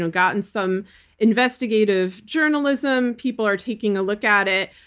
and gotten some investigative journalism, people are taking a look at it,